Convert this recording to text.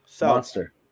monster